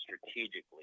strategically